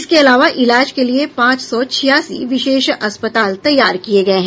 इसके अलावा इलाज के लिए पांच सौ छियासी विशेष अस्पताल तैयार किए गए हैं